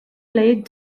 laid